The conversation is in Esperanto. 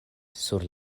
sur